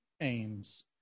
aims